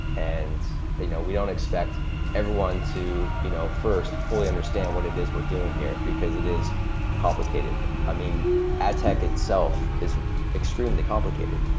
and you know we don't expect everyone to you know first, fully understand what it is we're doing here, because it is complicated. ah adtech itself is extremely complicated.